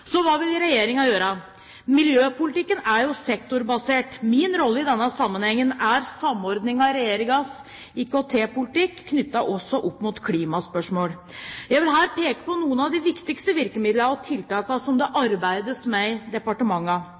Så hva vil Regjeringen gjøre? Miljøpolitikken er jo sektorbasert. Min rolle i denne sammenhengen er samordning av Regjeringens IKT-politikk, knyttet også opp mot klimaspørsmål. Jeg vil her peke på noen av de viktigste virkemidlene og tiltakene som det arbeides med